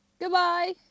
Goodbye